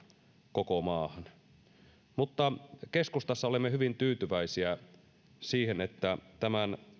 koko maahan mutta keskustassa olemme hyvin tyytyväisiä siihen että tämän